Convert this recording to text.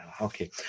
Okay